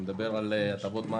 שמדבר על הטבות מס